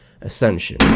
ascension